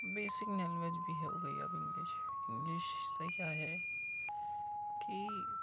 basic language بھی ہو گئی اب انگلش انگلش سے کیا ہے کہ